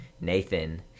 Nathan